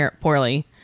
poorly